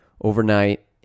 overnight